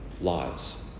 lives